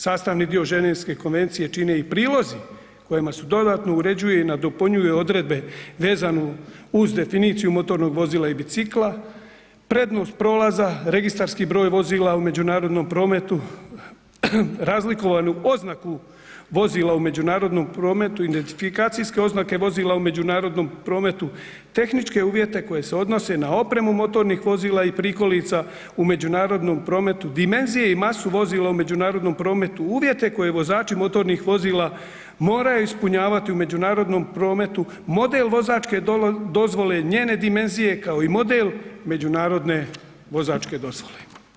Sastavni dio Ženevske konvencije čine i prilozi kojima se dodatno uređuje i nadopunjuju odredbe vezane uz definiciju motornog vozila i bicikla, prednost prolaza, registarski broj vozila u međunarodnom prometu, razlikovanu oznaku vozila u međunarodnom prometu, identifikacijske oznake vozila u međunarodnom prometu, tehničke uvjete koje se odnose na opremu motornih vozila i prikolica u međunarodnom prometu, dimenzije i masu vozila u međunarodnom prometu, uvjete koje vozači motornih vozila moraju ispunjavati u međunarodnom prometu, model vozačke dozvole, njene dimenzije kao i model međunarodne vozačke dozvole.